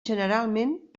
generalment